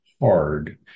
hard